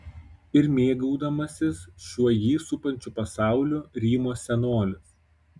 ir mėgaudamasis šiuo jį supančiu pasauliu rymo senolis